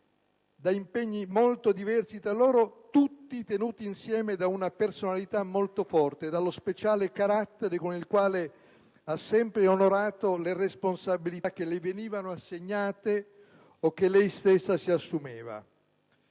da impegni molto diversi tra loro, tenuti insieme da una personalità molto forte e dallo speciale carattere con il quale ha sempre onorato le responsabilità che le venivano assegnate o che lei stessa si assumeva.